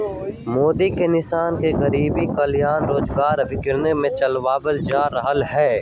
मोदी के निर्देशन में गरीब कल्याण रोजगार अभियान के चलावल जा रहले है